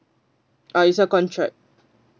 ah it's a contract